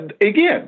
again